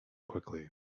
quickly